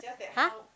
!huh!